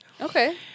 Okay